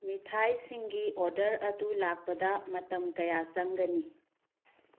ꯃꯤꯊꯥꯏꯁꯤꯡꯒꯤ order ꯑꯗꯨ ꯂꯥꯛꯄꯗ ꯃꯇꯝ ꯀꯌꯥ ꯆꯪꯒꯅꯤ